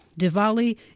Diwali